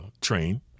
train